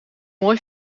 mooi